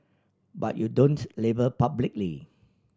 but you don't label publicly